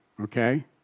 Okay